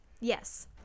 yes